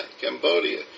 Cambodia